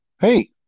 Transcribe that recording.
Hey